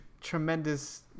tremendous